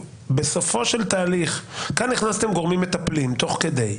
כאן, הכנסתם גורמים מטפלים תוך כדי.